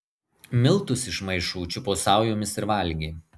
miltus iš maišų čiupo saujomis ir valgė